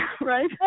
right